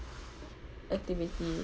activity